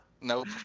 nope